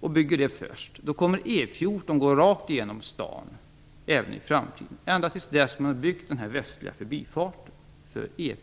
och bygger den först, kommer E 14 att gå rakt igenom stan även i framtiden, ända till dess man har byggt den västliga förbifarten.